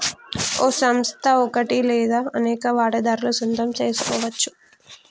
ఓ సంస్థ ఒకటి లేదా అనేక వాటాదారుల సొంతం సెసుకోవచ్చు